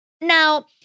Now